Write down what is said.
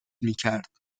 میکرد